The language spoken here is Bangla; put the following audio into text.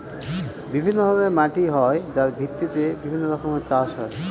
বিভিন্ন ধরনের মাটি হয় যার ভিত্তিতে বিভিন্ন রকমের চাষ হয়